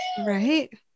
Right